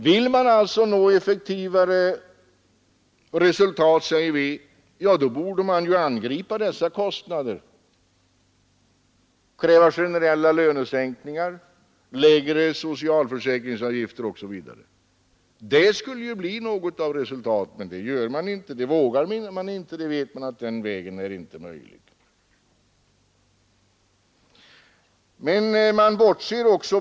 Vill man nå effektivare resultat, säger vi, borde man alltså angripa dessa kostnader och kräva generella lönesänkningar, lägre socialförsäkringsavgifter osv. Det skulle ju ge något av resultat, men det gör man inte, det vågar man inte. Man vet att den vägen inte är möjlig.